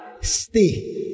Stay